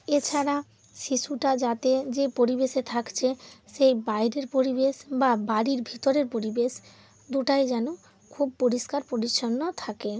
এছাড়া শিশুটা যাতে যে পরিবেশে থাকছে সেই বাইরের পরিবেশ বা বাড়ির ভিতরের পরিবেশ দুটোই যেন খুব পরিষ্কার পরিচ্ছন্ন থাকে